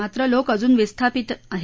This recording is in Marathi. मात्र लोक अजून विस्थापितच आहेत